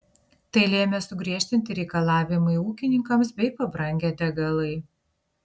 tai lėmė sugriežtinti reikalavimai ūkininkams bei pabrangę degalai